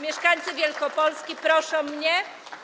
Mieszkańcy Wielkopolski proszą mnie,